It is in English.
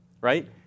right